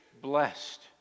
blessed